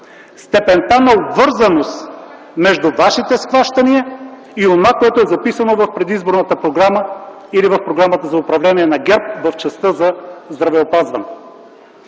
степента на обвързаност между Вашите схващания и записаното в предизборната програма или Програмата за управление на ГЕРБ в частта за здравеопазването.